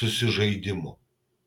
susižaidimo